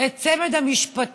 את צמד המשפטים: